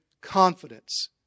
confidence